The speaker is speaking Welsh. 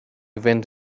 fynd